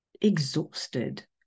exhausted